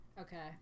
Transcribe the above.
okay